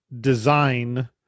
design